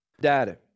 data